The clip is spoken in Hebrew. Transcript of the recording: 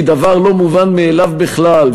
היא דבר לא מובן מאליו בכלל,